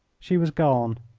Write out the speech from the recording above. she was gone.